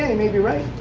and may be right.